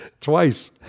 Twice